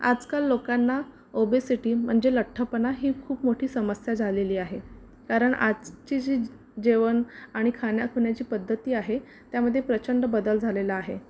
आजकाल लोकांना ओबेसिटी म्हणजे लठ्ठपणा ही खूप मोठी समस्या झालेली आहे कारण आजची जी जे जेवण आणि खाण्यापिण्याची पद्धती आहे त्यामध्ये प्रचंड बदल झालेला आहे